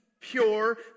pure